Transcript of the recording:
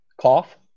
Cough